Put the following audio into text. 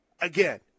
again